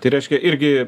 tai reiškia irgi